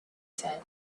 said